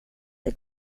det